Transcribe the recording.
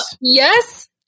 yes